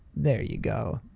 there you go.